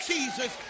Jesus